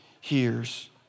hears